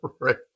Right